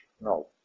no